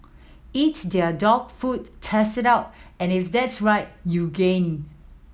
eat their dog food test it out and if that's right you gain